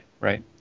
right